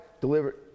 delivered